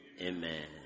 amen